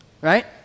right